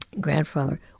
grandfather